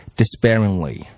despairingly